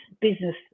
business